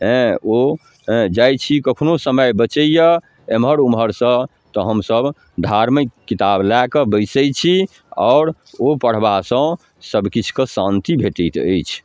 हेँ ओ जाइ छी कखनहु समय बचैए एम्हर ओम्हरसँ तऽ हमसभ धार्मिक किताब लऽ कऽ बैसै छी आओर ओ पढ़बासँ सबकिछुके शान्ति भेटैत अछि